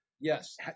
Yes